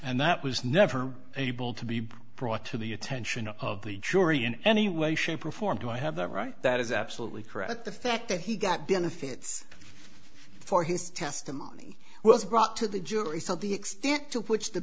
and that was never able to be brought to the attention of the jury in any way shape or form do i have that right that is absolutely correct the fact that he got benefits for his testimony was brought to the jury so the extent to which the